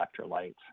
electrolytes